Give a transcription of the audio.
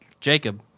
Jacob